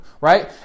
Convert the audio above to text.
right